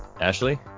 Ashley